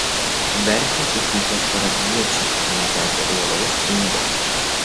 verkia upytės parapijiečiai netekę uolaus kunigo